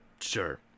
sure